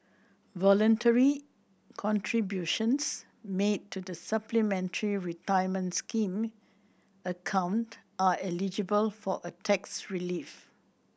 voluntary contributions made to the Supplementary Retirement Scheme account are eligible for a tax relief